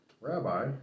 Rabbi